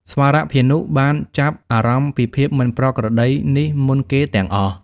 ស្វរភានុបានចាប់អារម្មណ៍ពីភាពមិនប្រក្រតីនេះមុនគេទាំងអស់។